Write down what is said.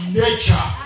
nature